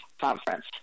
conference